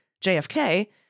JFK